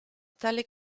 tali